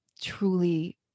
truly